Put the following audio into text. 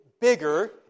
bigger